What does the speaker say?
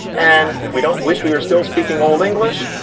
and if we don't wish we were still speaking old english,